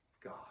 God